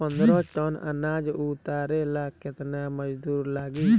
पन्द्रह टन अनाज उतारे ला केतना मजदूर लागी?